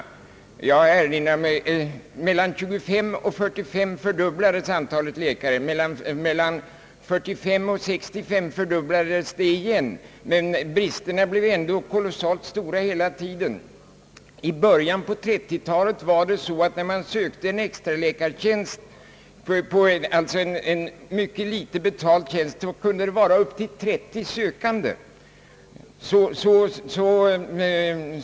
Mellan 1925 och 1945 fördubblades antalet läkare. Mellan 1945 och 1965 fördubblades antalet igen, men bristen har ändå varit kolossalt stor hela tiden och bortsett från det senaste året snarast ökat. I början av 1930-talet kunde en extraläkartjänst — alltså en dåligt betald tjänst — samla upp till 30 sökande.